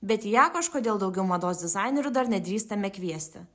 bet į ją kažkodėl daugiau mados dizainerių dar nedrįstame kviesti